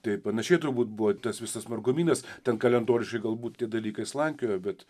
tai panašiai turbūt buvo tas visas margumynas ten kalendoriškai galbūt tie dalykai slankiojo bet